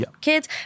kids